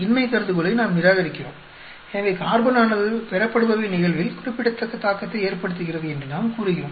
இன்மை கருதுகோளை நாம் நிராகரிக்கிறோம் எனவே கார்பனானது பெறப்படுபவை நிகழ்வில் குறிப்பிடத்தக்க தாக்கத்தை ஏற்படுத்துகிறது என்று நாம் கூறுகிறோம்